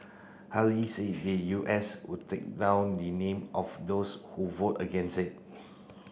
Haley said the U S would take down the name of those who vote against it